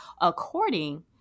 according